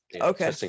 Okay